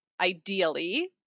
ideally